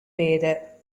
பேத